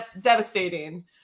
devastating